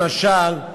למשל,